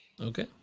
Okay